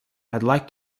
like